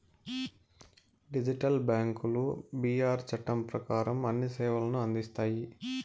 digital బ్యాంకులు BR చట్టం ప్రకారం అన్ని సేవలను అందిస్తాయి